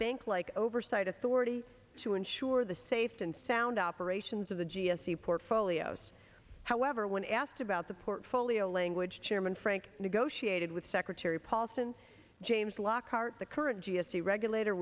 bank like oversight authority to ensure the safe and sound operations of the g s a portfolios however when asked about the portfolio language chairman frank negotiated with secretary paulson james lockhart the current g s t regulator